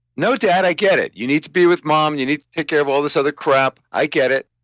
no dad, i get it. you need to be with mom and you need to take care of all this other crap i get it,